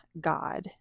God